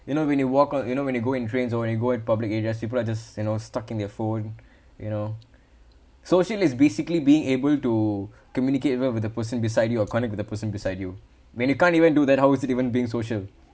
you know when you walk on you know when you go in trains or when you go in public areas people are just you know stuck in your phone you know social is basically being able to communicate with the person beside you or connect with the person beside you when you can't even do that how is it even being social